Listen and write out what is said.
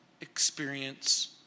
experience